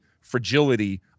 fragility